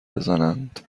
بزنند